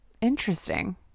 Interesting